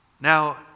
Now